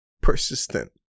persistent